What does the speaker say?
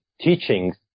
teachings